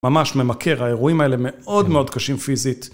ממש ממכר, האירועים האלה מאוד מאוד קשים פיזית.